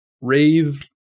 rave